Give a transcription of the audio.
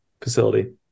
facility